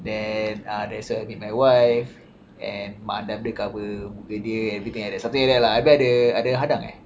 then uh that's where I meet my wife and mak andam dia cover muka dia everything like that something like that tapi ada ada hadang eh